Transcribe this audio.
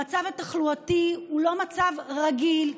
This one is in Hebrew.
המצב התחלואתי הוא לא מצב רגיל.